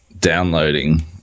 downloading